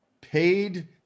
paid